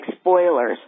spoilers